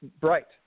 bright